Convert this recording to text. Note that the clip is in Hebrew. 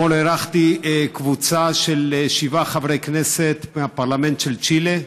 אתמול אירחתי קבוצה של שבעה חברי כנסת מהפרלמנט של צ'ילה,